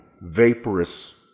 vaporous